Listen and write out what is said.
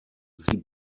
sie